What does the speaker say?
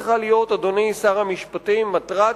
אדוני שר המשפטים, זו צריכה להיות מטרת